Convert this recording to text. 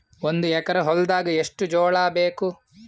ಒಂದು ಎಕರ ಹೊಲದಾಗ ಎಷ್ಟು ಜೋಳಾಬೇಕು?